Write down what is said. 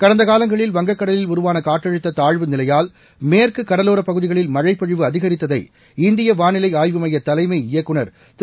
கடந்தகாலங்களில் வங்கக்கடலில் உருவானகாற்றழுத்ததாழ்வு நிலையால் மேற்குகடலோரபகுதிகளில் மழைபொழிவு அதிகரித்ததை இந்தியவானிலைஆய்வுமையதலைமைஇயக்குநர் திரு